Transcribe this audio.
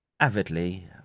avidly